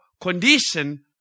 condition